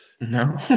No